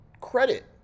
credit